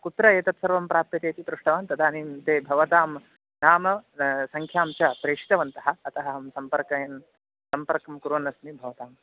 कुत्र एतत् सर्वं प्राप्यते इति पृष्टवान् तदानीं ते भवतां नाम संख्यां च प्रेषितवन्तः अतः अहं सम्पर्कं सम्पर्कं कुर्वन्नस्मि भवतां